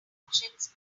functions